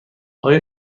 آیا